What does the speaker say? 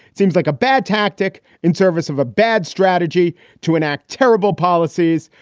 seems like a bad tactic in service of a bad strategy to enact terrible policies,